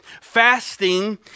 Fasting